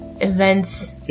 events